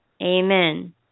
Amen